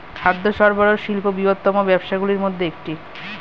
খাদ্য সরবরাহ শিল্প বৃহত্তম ব্যবসাগুলির মধ্যে একটি